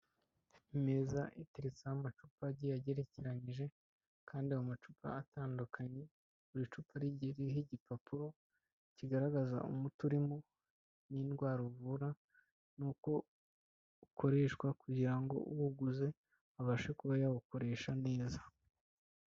Imeza iteretseho amacu agiye agererekeranyije kandi ayo amacupa atandukanye, buri cupa rigiye ririho igipapuro kigaragaza umuti urimo n'indwara uvura n'uko ukoreshwa kugira ngo uwuguze abashe kuba yawukoresha neza.